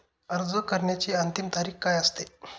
अर्ज करण्याची अंतिम तारीख काय असते?